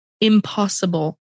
impossible